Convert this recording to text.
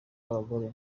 b’abagore